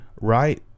Right